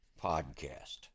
podcast